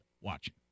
watching